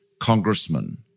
congressman